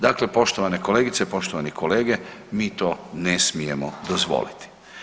Dakle, poštovane kolegice, poštovane kolege mi to ne smijemo dozvoliti.